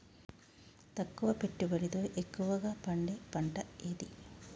తక్కువ పెట్టుబడితో ఎక్కువగా పండే పంట ఏది?